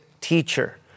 teacher